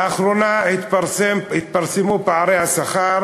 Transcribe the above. לאחרונה התפרסמו פערי השכר